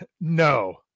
no